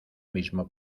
mismo